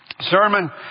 sermon